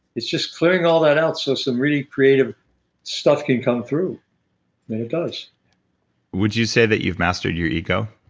it's just clearing all that out so some really creative stuff can come through and it does would you say that you've mastered your ego?